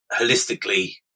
holistically